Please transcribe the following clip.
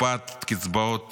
הקפאת קצבאות ילדים,